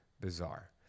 bizarre